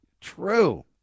true